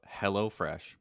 HelloFresh